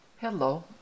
Hello